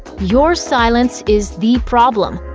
your silence is the problem,